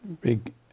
big